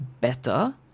better